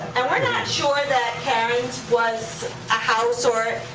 and we're not sure that caryn's was a house, or.